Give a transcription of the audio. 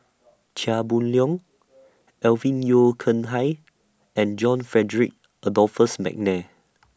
Chia Boon Leong Alvin Yeo Khirn Hai and John Frederick Adolphus Mcnair